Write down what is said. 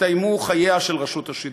יסתיימו חייה של רשות השידור.